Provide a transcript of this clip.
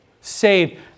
saved